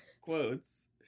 quotes